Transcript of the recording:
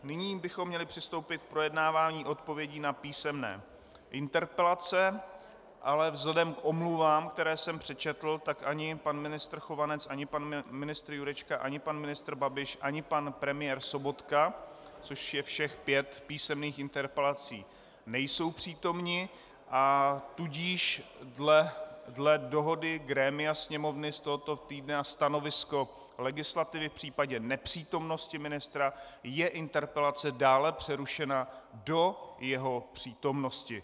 Nyní bychom měli přistoupit k projednávání odpovědí na písemné interpelace, ale vzhledem k omluvám, které jsem přečetl, tak ani pan ministr Chovanec ani pan ministr Jurečka ani pan ministr Babiš ani pan premiér Sobotka, což je všech pět písemných interpelací, nejsou přítomni, a tudíž dle dohody grémia Sněmovny z tohoto týdne a stanoviska legislativy v případě nepřítomnosti ministra je interpelace dále přerušena do jeho přítomnosti.